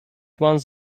ones